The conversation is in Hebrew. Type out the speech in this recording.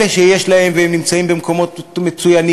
אלה שיש להם והם נמצאים במקומות מצוינים,